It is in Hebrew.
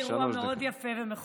היום היה לי אירוע מאוד יפה ומכונן.